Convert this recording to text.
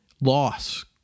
loss